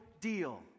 deal